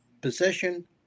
possession